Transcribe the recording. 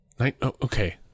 Okay